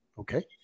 Okay